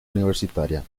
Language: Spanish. universitaria